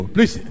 Please